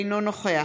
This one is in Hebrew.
אינו נוכח